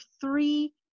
three